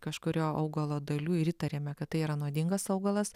kažkurio augalo dalių ir įtariame kad tai yra nuodingas augalas